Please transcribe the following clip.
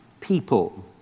people